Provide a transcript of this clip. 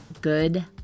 good